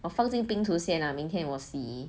我放进冰厨先 lah 明天我洗